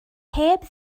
heb